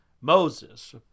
Moses